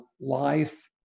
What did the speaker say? life